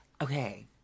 Okay